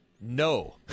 no